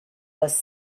les